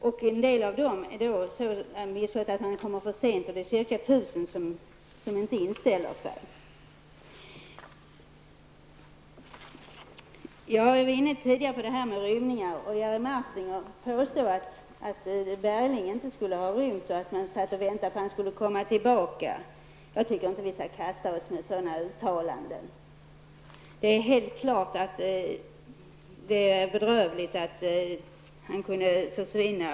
I en del fall handlar det om att vederbörande har kommit tillbaka för sent. Ungefär 1 000 personer inställer sig inte efter permission. Vi var tidigare inne på frågan om rymningar. Jerry Martinger påstod att Bergling inte skulle ha rymt och att man satt och väntade på att han skulle komma tillbaka. Men jag tycker inte att det är lämpligt att göra sådana uttalanden. Självfallet är det bedrövligt att Bergling kunde försvinna.